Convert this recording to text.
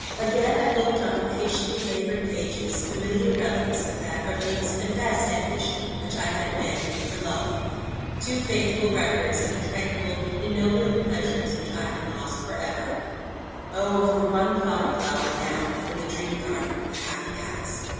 again i looked on the patiently-laboured pages, familiar relics of that earliest and best ambition which i had abandoned for love too faithful records of the tranquil, ennobling pleasures which i had lost for ever! oh, for one thought-flower now, from the dream-garden of the happy past!